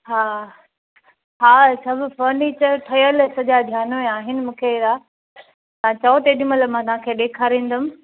हा हा सभु फर्नीचर ठहियल सॼा ध्यानु में आहिनि मूंखे अहिड़ा तव्हां चयो तेॾी महिल मां तव्हांखे ॾेखारंदमि